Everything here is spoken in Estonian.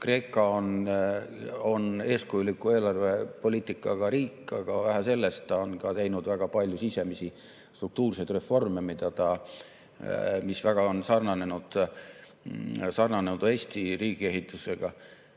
Kreeka on eeskujuliku eelarvepoliitikaga riik, aga vähe sellest, ta on ka teinud väga palju sisemisi struktuurseid reforme, mis väga on sarnanenud Eesti riigiehitusega,